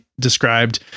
described